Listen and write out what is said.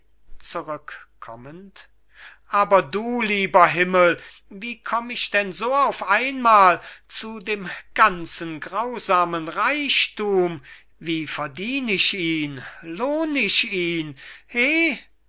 aber du lieber himmel wie komm ich denn so auf einmal zu dem ganzen grausamen reichthum wie verdien ich ihn lohn ich ihn heh